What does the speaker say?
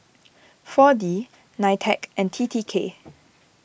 four D Nitec and T T K